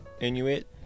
Inuit